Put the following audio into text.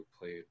played